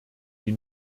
die